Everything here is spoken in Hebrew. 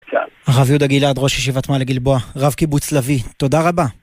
הרב יהודה גלעד ראש ישיבת מעלה גלבוע רב קיבוץ לביא תודה רבה